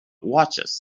watches